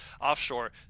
offshore